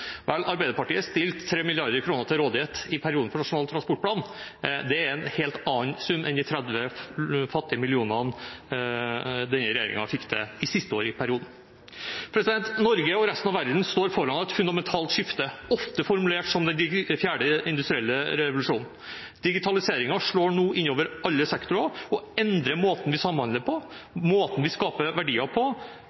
Vel, Arbeiderpartiet stilte 3 mrd. kr til rådighet i perioden i Nasjonal transportplan. Det er en helt annen sum enn de fattige 30 mill. kr denne regjeringen fikk til siste år i perioden. Norge – og resten av verden – står foran et fundamentalt skifte, ofte formulert som den fjerde industrielle revolusjonen. Digitaliseringen slår nå inn over alle sektorer og endrer måten vi samhandler på,